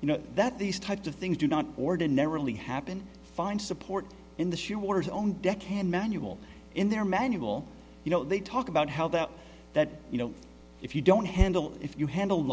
you know that these types of things do not ordinarily happen find support in the shoe war zone deck hand manual in their manual you know they talk about how that that you know if you don't handle if you handle